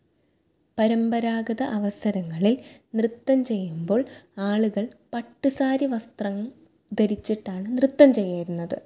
പരമ്പരാഗത അവസരങ്ങളിൽ നൃത്തം ചെയ്യുമ്പോൾ ആള്കൾ പട്ട് സാരി വസ്ത്രം ധരിച്ചിട്ടാണ് നൃത്തം ചെയ്യുന്നത്